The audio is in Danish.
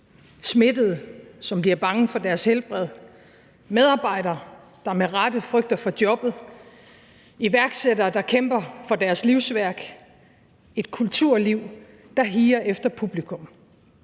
smittede, som bliver bange for deres helbred; medarbejdere, som med rette frygter for jobbet; iværksættere, der kæmper for deres livsværk; et kulturliv, der higer efter publikum.